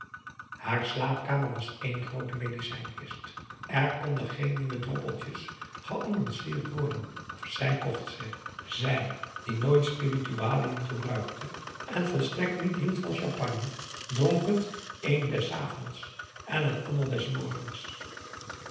haar slaapkamer was een groote medicijnkist er konden geen nieuwe droppeltjes geannonceerd worden of zij kocht ze zij die nooit spiritualiën gebruikte en volstrekt niet hield van champagne dronk het een des avonds en het ander des morgens